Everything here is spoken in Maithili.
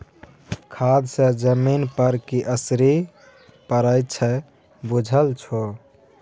खाद सँ जमीन पर की असरि पड़य छै बुझल छौ